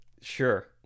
Sure